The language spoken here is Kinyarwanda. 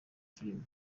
filimi